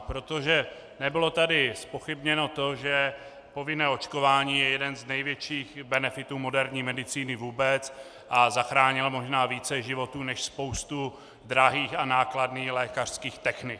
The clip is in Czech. Protože nebylo tady zpochybněno to, že povinné očkování je jeden z největších benefitů moderní medicíny vůbec a zachránilo možná více životů než spousta drahých a nákladných lékařských technik.